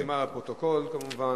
היא נרשמה לפרוטוקול, כמובן.